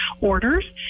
orders